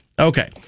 Okay